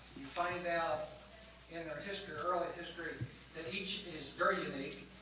you find out in our history, our early history that each is very unique,